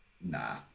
nah